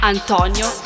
Antonio